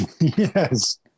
yes